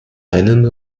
einen